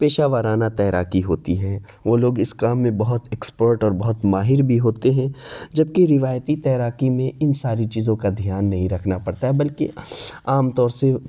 پیشہ وارانہ تیراکی ہوتی ہے وہ لوگ اس کام میں بہت ایکسپرٹ اور بہت ماہر بھی ہوتے ہیں جبکہ روایتی تیراکی میں ان ساری چیزوں کا دھیان نہیں رکھنا پڑتا بلکہ عام طور سے